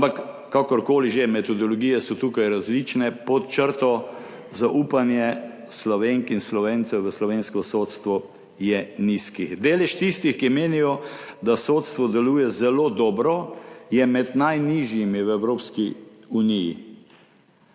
Ampak kakorkoli že, metodologije so tukaj različne, pod črto, zaupanje Slovenk in Slovencev v slovensko sodstvo je nizko. Delež tistih, ki menijo, da sodstvo deluje zelo dobro, je med najnižjimi v Evropski uniji.